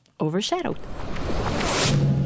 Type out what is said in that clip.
Overshadowed